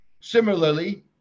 Similarly